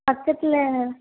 பக்கத்தில்